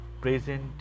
present